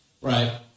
Right